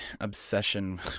obsession